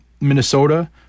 Minnesota